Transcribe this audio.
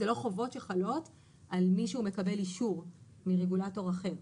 אלה לא חובות שחלות על מי שהוא מקבל אישור מרגולטור אחר.